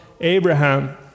Abraham